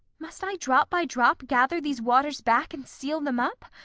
must i drop by drop gather these waters back and seal them up?